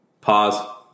pause